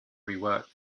rework